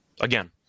Again